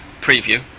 preview